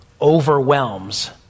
overwhelms